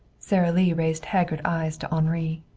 sara lee raised haggard eyes to henri.